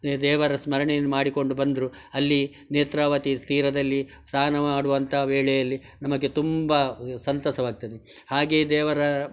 they ದೇವರ ಸ್ಮರಣೆಯನ್ನು ಮಾಡಿಕೊಂಡು ಬಂದರು ಅಲ್ಲಿ ನೇತ್ರಾವತಿ ತೀರದಲ್ಲಿ ಸ್ನಾನ ಮಾಡುವಂಥ ವೇಳೆಯಲ್ಲಿ ನಮಗೆ ತುಂಬ ಸಂತಸವಾಗ್ತದೆ ಹಾಗೆ ದೇವರ